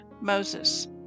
Moses